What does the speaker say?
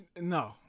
No